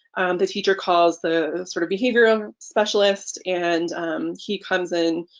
the teacher calls the sort of behavioral specialist and he comes in,